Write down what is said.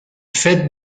fête